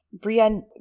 Brienne